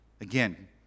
Again